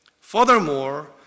Furthermore